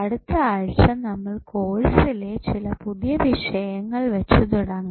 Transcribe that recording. അടുത്ത ആഴ്ച നമ്മൾ കോഴ്സിലെ ചില പുതിയ വിഷയങ്ങൾ വെച്ച തുടങ്ങും